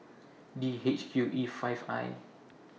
D H Q E five I